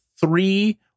three